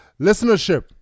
Listenership